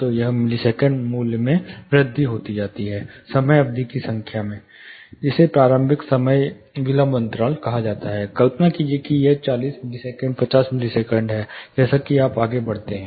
तो यह मिलीसेकंड मूल्य में वृद्धि होती है समय अवधि की संख्या जिसे प्रारंभिक समय विलंब अंतराल कहा जाता है कल्पना कीजिए कि यह चालीस मिलीसेकंड 50 मिलीसेकंड है जैसा कि आप आगे बढ़ते हैं